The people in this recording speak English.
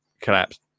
collapsed